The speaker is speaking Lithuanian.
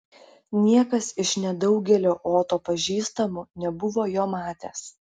niekas iš nedaugelio oto pažįstamų nebuvo jo matęs